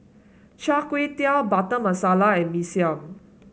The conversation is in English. Char Kway Teow Butter Masala and Mee Siam